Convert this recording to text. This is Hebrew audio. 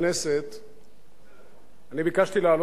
אני ביקשתי להעלות היום על סדר-יומו של הבית